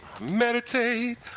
Meditate